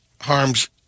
harms